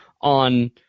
on